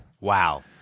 wow